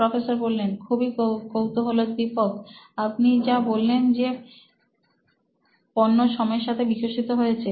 professor খুবই কৌতূহলোদ্দীপক আপনি যা বললেন যে পণ্য সময়ের সাথে বিকশিত হয়েছে